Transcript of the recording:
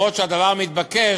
אף שהדבר מתבקש,